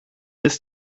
ist